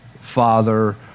father